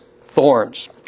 thorns